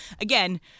again